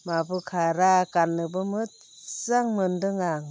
माबो खारा गान्नोबो मोजां मोनदों आं